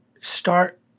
start